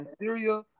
Syria